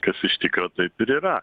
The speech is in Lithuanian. kas iš tikro taip ir yra